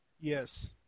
yes